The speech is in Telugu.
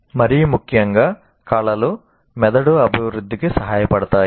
మరీ ముఖ్యంగా కళలు మెదడు అభివృద్ధికి సహాయపడతాయి